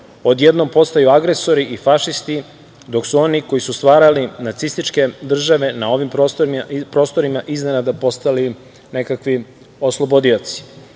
odjednom postaju agresori i fašisti, dok su oni koji su stvarali nacističke države na ovim prostorima iznenada postali nekakve oslobodioci.